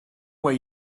way